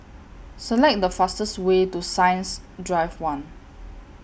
Select The fastest Way to Science Drive one